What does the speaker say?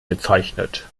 gezeichnet